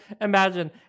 imagine